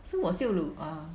so 我就有 ah